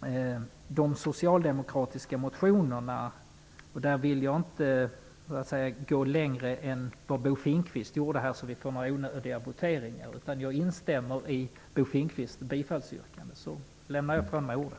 jag de socialdemokratiska motionerna. Jag vill inte gå längre än Bo Finnkvist gjorde, och förorsaka att vi får onödiga voteringar, utan jag instämmer i Bo Finnkvists bifallsyrkande och lämnar ifrån mig ordet.